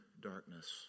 darkness